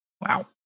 Wow